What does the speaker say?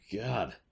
god